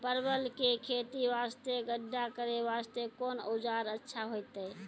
परवल के खेती वास्ते गड्ढा करे वास्ते कोंन औजार अच्छा होइतै?